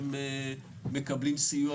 הם מקבלים סיוע